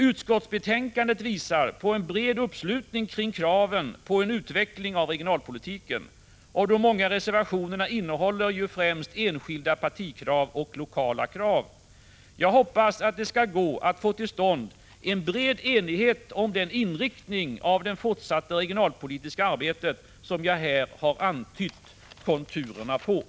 Utskottsbetänkandet visar på en bred uppslutning kring kraven på en utveckling av regionalpolitiken — de många reservationerna innehåller främst partikrav och lokala krav. Jag hoppas att det skall gå att få till stånd en bred enighet om den inriktning av det fortsatta regionalpolitiska arbetet som jag här har antytt konturerna för.